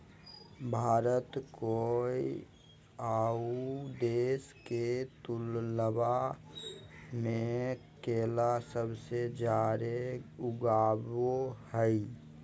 भारत कोय आउ देश के तुलनबा में केला सबसे जाड़े उगाबो हइ